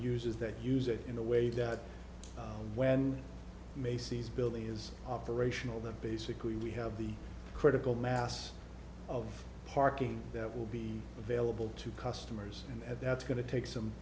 users that use it in a way that when macy's building is operational that basically we have the critical mass of parking that will be available to customers and that's going to take some